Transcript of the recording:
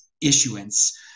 issuance